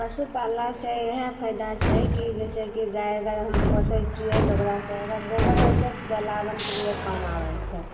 पशु पाललासे इएह फायदा छै कि जइसे कि गाइ अगर हम पोसै छिए तऽ ओकरासे अगर गोबर होइ छै तऽ जलावनके लिए काम आबै छै